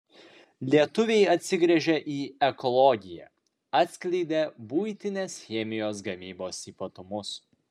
lietuviai atsigręžia į ekologiją atskleidė buitinės chemijos gamybos ypatumus